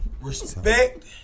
Respect